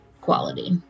Quality